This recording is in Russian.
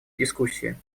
дискуссии